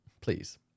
please